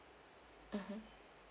mmhmm